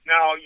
Now